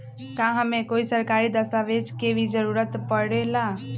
का हमे कोई सरकारी दस्तावेज के भी जरूरत परे ला?